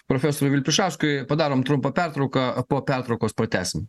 profesoriui vilpišauskui padarom trumpą pertrauką po pertraukos pratęsim